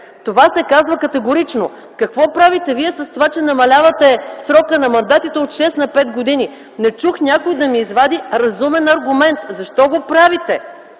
това се казва категорично. Какво правите с това, че намалявате срока на мандатите от шест на пет години?! Не чух някой да извади разумен аргумент защо го правите